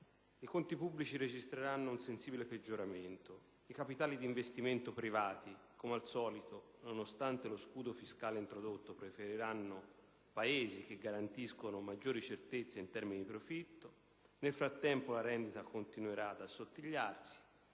i conti pubblici registreranno un sensibile peggioramento. I capitali di investimento privati, come al solito e nonostante lo scudo fiscale introdotto, preferiranno Paesi che garantiscono maggiori certezze in termini di profitto. Nel frattempo, la rendita continuerà ad assottigliarsi